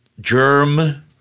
germ